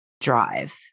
drive